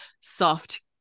soft